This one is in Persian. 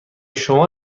شما